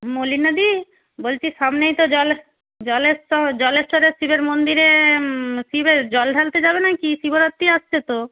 মলিনাদি বলছি সামনেই তো জলেশ্বরের শিবের মন্দিরে শিবের জল ঢালতে যাবে নাকি শিবরাত্রি আসছে তো